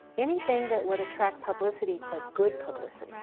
anything that would attract publicity, but good publicity.